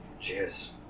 Cheers